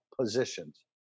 positions